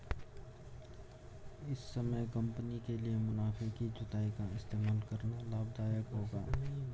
इस समय कंपनी के लिए मुनाफे की जुताई का इस्तेमाल करना लाभ दायक होगा